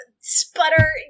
sputter